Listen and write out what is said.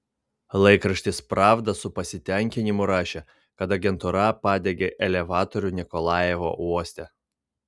laikraštis pravda su pasitenkinimu rašė kad agentūra padegė elevatorių nikolajevo uoste